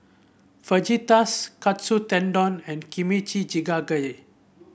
Fajitas Katsu Tendon and Kimchi Jjigae